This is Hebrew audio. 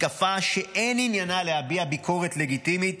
מתקפה שאין עניינה להביע ביקורת לגיטימית,